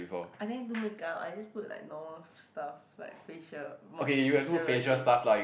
I didn't do makeup I just put like normal stuff like facial mode facial routine